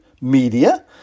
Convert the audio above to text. media